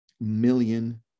million